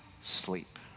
sleep